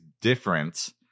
different